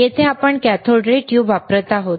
येथे आपण cathode ray tube वापरत आहोत